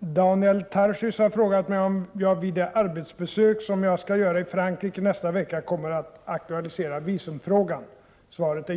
Daniel Tarschys har frågat mig om jag vid det arbetsbesök som jag skall göra i Frankrike nästa vecka kommer att aktualisera visumfrågan. Svaret är ja.